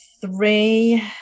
three